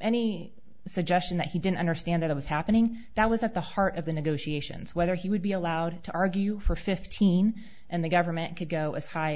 any suggestion that he didn't understand it was happening that was at the heart of the negotiations whether he would be allowed to argue for fifteen and the government could go as high